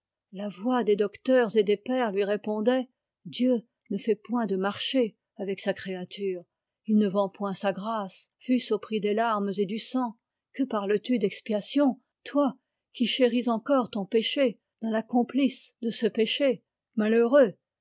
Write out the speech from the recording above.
la voix des docteurs et des pères lui répondait dieu ne fait point de marché avec sa créature il ne vend point sa grâce fût-ce au prix des larmes et du sang que parles-tu d'expiation toi qui chéris encore ton péché dans la complice de ce péché malheureux